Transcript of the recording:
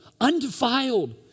undefiled